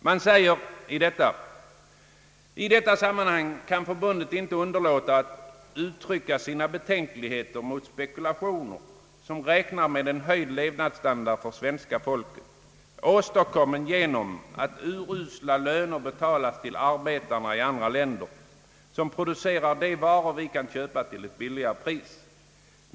Man säger i detta: »I detta sammanhang kan förbundet inte underlåta att uttrycka sina betänkligheter mot spekulationer, som räknar med höjd levnadsstandard för svenska folket, åstadkommen genom att urusla löner betalas till arbetarna i andra länder som producerar de varor vi kan köpa till ett billigare pris.